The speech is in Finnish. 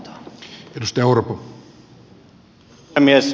arvoisa puhemies